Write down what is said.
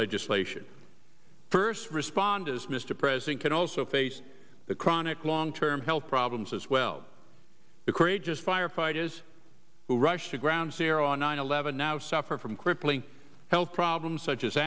legislation first responders mr president could also face the chronic long term health problems as well the courage is firefighters who rushed to ground zero on nine eleven now suffer from crippling health problems such as